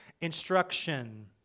instruction